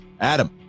Adam